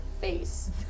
face